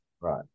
right